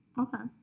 okay